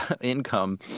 income